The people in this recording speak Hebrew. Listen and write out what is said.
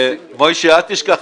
משה, אל תשכח.